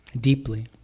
deeply